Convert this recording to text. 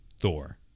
Thor